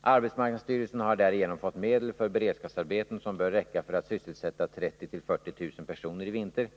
Arbetsmarknadsstyrelsen har därigenom fått medel för beredskapsarbeten som bör räcka för att sysselsätta 30 000-40 000 personer i vinter.